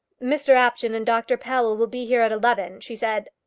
mr apjohn and dr powell will be here at eleven, she said.